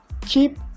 Keep